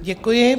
Děkuji.